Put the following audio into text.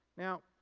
now,